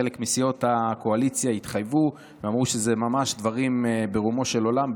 חלק מסיעות הקואליציה התחייבו ואמרו שאלה ממש דברים ברומו של עולם,